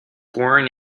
born